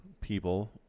people